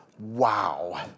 wow